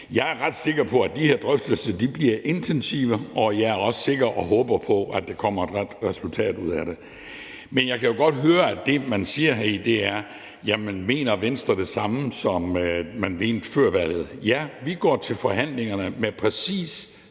jeg er ret sikker på, at de her drøftelser bliver intensive, og jeg er også sikker på og håber på, at der kommer et resultat ud af dem. Men jeg kan jo godt høre, at det, man spørger om her, er: Mener Venstre det samme, som man mente før valget? Ja, vi går til forhandlingerne med præcis